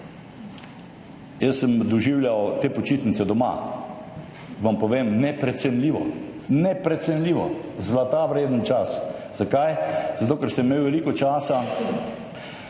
Jaz sem doživljal te počitnice doma. Vam povem, neprecenljivo, neprecenljivo, zlata vreden čas. Zakaj? Zato ker sem imel veliko časa,